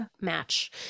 match